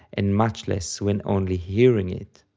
and much less when only hearing it.